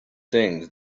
things